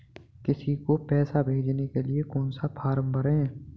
किसी को पैसे भेजने के लिए कौन सा फॉर्म भरें?